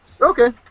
Okay